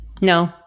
no